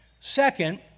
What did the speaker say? Second